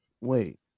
wait